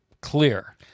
clear